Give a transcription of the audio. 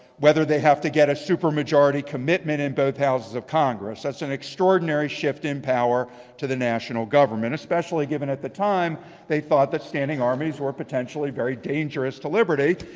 whether they have to get a supermajority commitment in both houses of congress. that's an extraordinary shift in power to the national government. especially given at the time they thought that standing armies were potentially very dangerous to liberty,